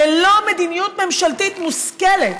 ללא מדיניות ממשלתית מושכלת,